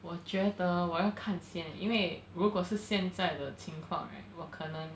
我觉得我要看先 eh 因为如果是现在的情况 right 我可能